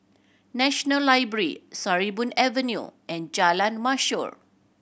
National Library Sarimbun Avenue and Jalan Mashor